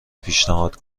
پیشنهاد